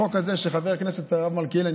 החוק הזה של חבר הכנסת הרב מלכיאלי,